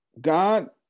God